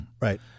Right